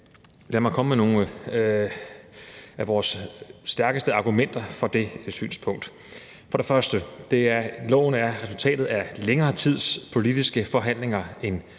lad mig komme med nogle af vores stærkeste argumenter for det synspunkt. Loven er jo resultatet af længere tids politiske forhandling, en grundig